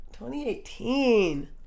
2018